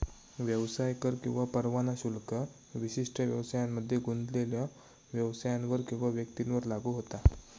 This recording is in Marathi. व्यवसाय कर किंवा परवाना शुल्क विशिष्ट व्यवसायांमध्ये गुंतलेल्यो व्यवसायांवर किंवा व्यक्तींवर लागू होता